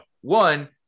One